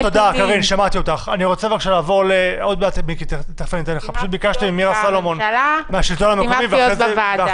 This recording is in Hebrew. בבקשה, מירה סלומון, השלטון הנוכחי.